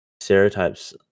stereotypes